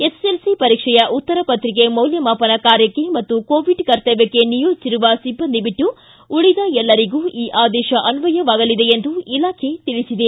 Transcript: SSLC ಪರೀಕ್ಷೆಯ ಉತ್ತರ ಪತ್ರಿಕೆ ಮೌಲ್ಯಮಾಪನ ಕಾರ್ಯಕ್ಕೆ ಮತ್ತು ಕೋವಿಡ್ ಕರ್ತವ್ಯಕ್ಕೆ ನಿಯೋಜಿಸಿರುವ ಸಿಬ್ಬಂದಿ ಬಿಟ್ಟು ಉಳಿದ ಎಲ್ಲರಿಗೂ ಈ ಆದೇಶ ಅನ್ವಯ ಆಗಲಿದೆ ಎಂದು ಇಲಾಖೆ ತಿಳಿಸಿದೆ